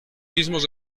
mismos